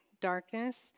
darkness